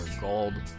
gold